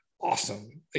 awesome